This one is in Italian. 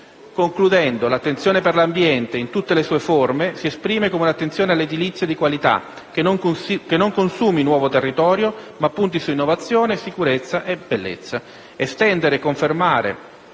Concludendo, l'attenzione per l'ambiente, in tutte le sue forme, si esprime come un'attenzione all'edilizia di qualità, che non consumi nuovo territorio ma punti su innovazione, sicurezza e bellezza.